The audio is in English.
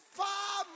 far